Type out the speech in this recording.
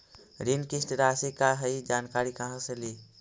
ऋण किस्त रासि का हई जानकारी कहाँ से ली?